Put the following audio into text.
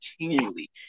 continually